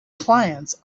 clients